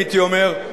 הייתי אומר,